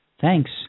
Thanks